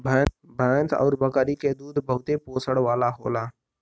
भैंस आउर बकरी के दूध बहुते पोषण वाला होला